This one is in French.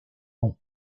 nom